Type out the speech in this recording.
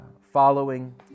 following